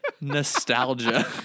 nostalgia